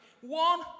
One